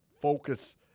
focus